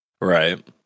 Right